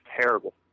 terrible